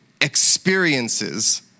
experiences